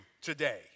today